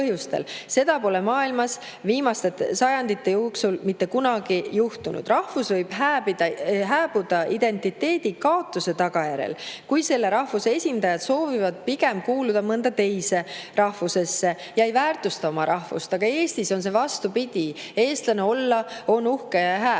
Seda pole maailmas viimaste sajandite jooksul mitte kunagi juhtunud. Rahvus võib hääbuda identiteedikaotuse tagajärjel, kui selle rahvuse esindajad soovivad pigem kuuluda mõnda teise rahvusesse ja ei väärtusta oma rahvust, aga Eestis on see vastupidi: eestlane olla on uhke ja hää.